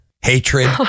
hatred